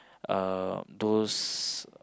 uh those